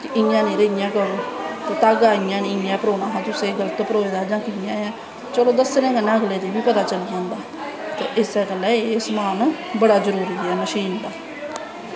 इयां नेंई ते इयां करो धागा इयां नेई ते इयां परोनां तुसें गल्त परोए दा जां कियां ऐं चलो दस्सनें कन्नैं अगले गी बी पता चला जंदा ते इस्सै गल्ला एह् समान बड़ा जरूरी ऐ मशीन दा